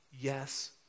yes